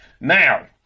Now